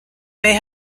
may